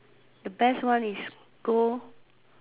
the best one is go